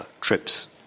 trips